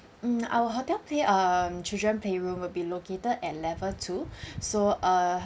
mm our hotel play~ um children playroom will be located at level two so uh